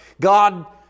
God